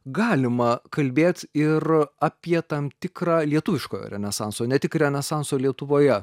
galima kalbėt ir apie tam tikrą lietuviškojo renesanso ne tik renesanso lietuvoje